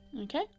Okay